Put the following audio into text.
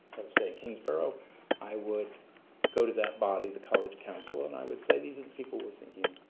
let's say kingsborough i would go to that body, the college council and i would say these and people where thinking